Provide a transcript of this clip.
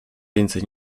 więcej